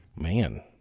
Man